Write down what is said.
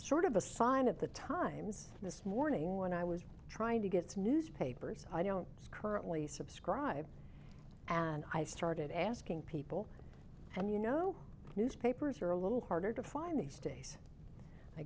sort of a sign of the times this morning when i was trying to get its newspapers i don't currently subscribe and i started asking people and you know newspapers are a little harder to find these days i